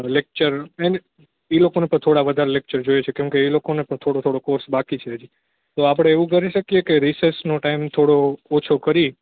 lecture એને એ લોકોને પણ થોડા વધારે લેક્ચર જોઈએ છે કેમ કે એ લોકોને પણ થોડો થોડો કોર્સ બાકી છે હજી તો આપણે એવું કરી શકીએ કે રિસેસનો ટાઈમ થોડો ઓછો કરી